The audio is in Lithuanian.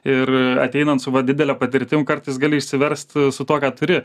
ir ateinant su va didele patirtim kartais gali išsiverst su tuo ką turi